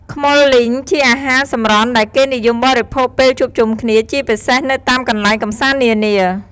ខ្មុលលីងជាអាហារសម្រន់ដែលគេនិយមបរិភោគពេលជួបជុំគ្នា ជាពិសេសនៅតាមកន្លែងកំសាន្តនានា។